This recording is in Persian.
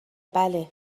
بله